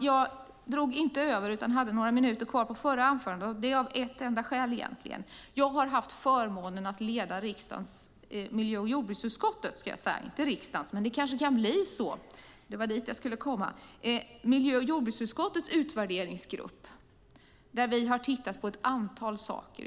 Jag hade några minuter tillgodo på mitt förra anförande. Det var av ett enda skäl egentligen. Jag har haft förmånen att leda miljö och jordbruksutskottets utvärderingsgrupp. Vi har tittat på ett antal saker.